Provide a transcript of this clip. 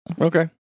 Okay